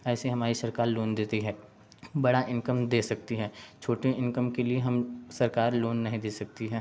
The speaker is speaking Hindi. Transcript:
ऐसे हमारी सरकार लोन देती है बड़ा इनकम दे सकती हैं छोटी इनकम के लिए हम सरकार लोन नहीं दे सकती है